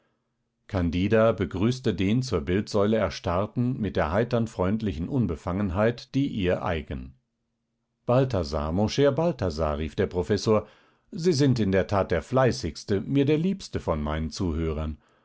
candida begrüßte den zur bildsäule erstarrten mit der heitern freundlichen unbefangenheit die ihr eigen balthasar mon cher balthasar rief der professor sie sind in der tat der fleißigste mir der liebste von meinen zuhörern